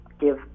give